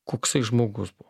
koksai žmogus buvo